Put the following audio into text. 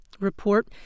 report